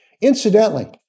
Incidentally